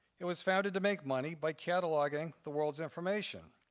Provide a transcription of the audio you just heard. it was founded to make money by cataloging the world's information.